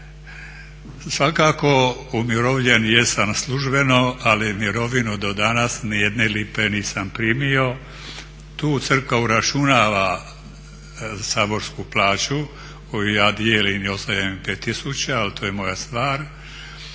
Svakako umirovljen jesam službeno ali mirovinu do danas ni jedne lipe nisam primio. Tu Crkva uračunava saborsku plaću koju ja dijelim i ostaje mi 5000, ali to je moja stvar,